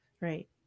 Right